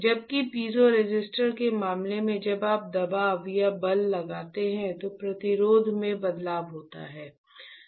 जबकि पीज़ोरेसिस्टर के मामले में जब आप दबाव या बल लगाते हैं तो प्रतिरोध में बदलाव होता है